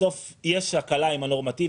בסוף יש הקלה עם הנורמטיבי,